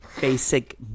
basic